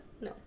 No